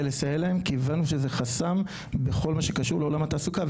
לסייע להם כיוון שהבנו שזה חסם בכל מה שקשור לעולם התעסוקה.